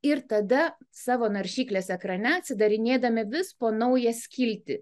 ir tada savo naršyklės ekrane atsidarinėdami vis po naują skiltį